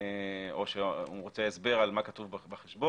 או שהוא רוצה הסבר על מה כתוב בחשבון,